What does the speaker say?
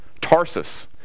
Tarsus